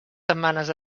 setmanes